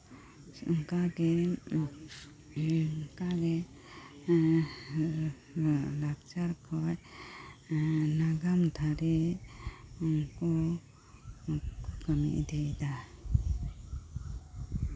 ᱚᱱᱠᱟᱜᱮ ᱚᱱᱠᱟᱜᱮ ᱞᱟᱠᱪᱟᱨ ᱠᱷᱚᱡ ᱱᱟᱜᱟᱢ ᱫᱷᱟᱨᱮ ᱠᱚ ᱠᱟᱹᱢᱤ ᱤᱫᱤᱭᱮᱫᱟ